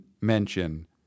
mention